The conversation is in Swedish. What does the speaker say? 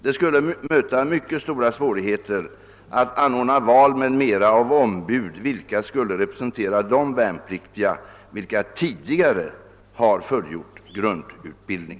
Det skulle möta mycket stora svårigheter att anordna val m.m. av ombud vilka skulle representera de värnpliktiga som tidigare har fullgjort grundutbildning.